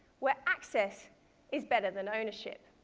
where access is better than ownership.